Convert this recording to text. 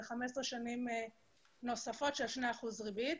ו-15 שנים נוספות של 2% ריבית.